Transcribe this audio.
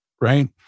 right